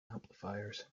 amplifiers